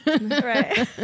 Right